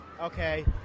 Okay